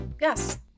Yes